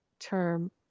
Term